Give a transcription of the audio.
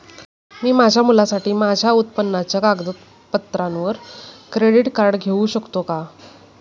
मी माझ्या मुलासाठी माझ्या उत्पन्नाच्या कागदपत्रांवर क्रेडिट कार्ड घेऊ शकतो का?